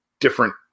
different